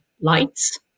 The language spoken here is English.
lights